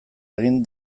egin